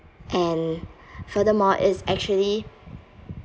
and furthermore it's actually